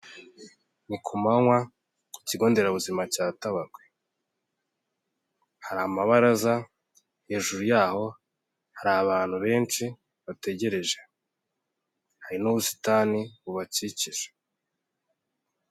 Ni ku manywa ku kigo nderabuzima cya tabagwe, hari amabaraza hejuru y'aho hari abantu benshi bategereje , hari n'ubusitani bubakikije.